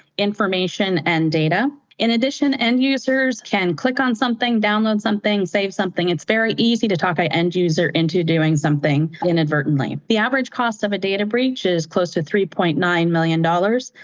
information, and data. in addition, end users can click on something, download something, save something. it's very easy to talk a end user into doing something inadvertently. the average cost of a data breach is close to three point nine million dollars,